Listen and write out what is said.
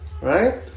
Right